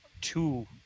two